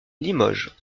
limoges